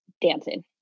dancing